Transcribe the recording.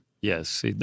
Yes